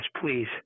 please